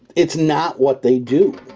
it's not what they do